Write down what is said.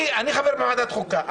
אני חבר בוועדת חוקה,